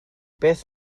beth